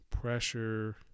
pressure